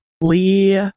Lee